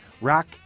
rock